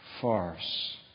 farce